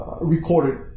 recorded